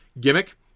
gimmick